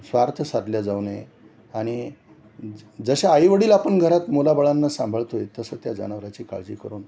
स्वार्थ साधला जाऊ नये आणि ज जशा आईवडील आपण घरात मुलाबाळांना सांभाळतो आहे तसं त्या जानावरची काळजी करून